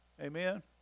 Amen